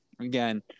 again